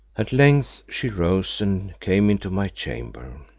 at length she rose and came into my chamber.